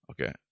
Okay